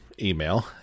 email